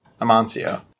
Amancio